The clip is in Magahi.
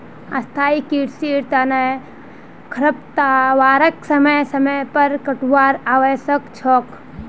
स्थाई कृषिर तना खरपतवारक समय समय पर काटवार आवश्यक छोक